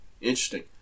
Interesting